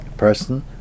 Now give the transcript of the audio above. Person